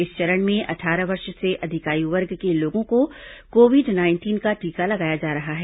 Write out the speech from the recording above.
इस चरण में अट्ठारह वर्ष से अधिक आयु वर्ग के लोगों को कोविड नाइंटीन का टीका लगाया जा रहा है